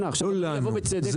לא לנו.